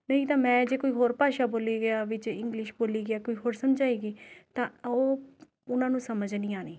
ਨਹੀਂ ਤਾਂ ਮੈਂ ਜੇ ਕੋਈ ਹੋਰ ਭਾਸ਼ਾ ਬੋਲੀ ਗਿਆ ਵਿੱਚ ਇੰਗਲਿਸ਼ ਬੋਲੀ ਗਿਆ ਕੋਈ ਹੋਰ ਸਮਝਾਈ ਗਈ ਤਾਂ ਉਹ ਉਹਨਾਂ ਨੂੰ ਸਮਝ ਨਹੀਂ ਆਉਣੀ